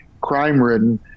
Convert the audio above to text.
crime-ridden